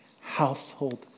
household